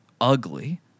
ugly